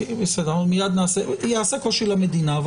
--- יעשה קושי למדינה,